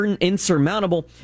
insurmountable